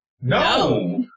No